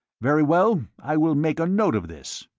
very well, i will make a note of this.